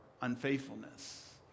unfaithfulness